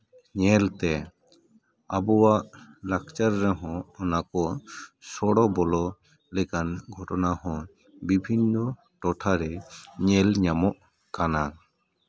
ᱧᱮᱞ ᱛᱮ ᱟᱵᱚᱣᱟᱜ ᱞᱟᱠᱪᱟᱨ ᱨᱮᱦᱚᱸ ᱚᱱᱟ ᱠᱚ ᱥᱚᱲᱚ ᱵᱚᱞᱚ ᱞᱮᱠᱟᱱ ᱜᱷᱚᱴᱚᱱᱟ ᱦᱚᱸ ᱵᱤᱵᱷᱤᱱᱱᱚ ᱴᱚᱴᱷᱟᱨᱮ ᱧᱮᱞ ᱧᱟᱢᱚᱜ ᱠᱟᱱᱟ